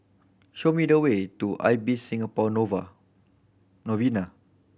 show me the way to Ibis Singapore novel Novena